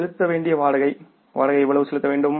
செலுத்த வேண்டிய வாடகை வாடகை எவ்வளவு செலுத்த வேண்டும்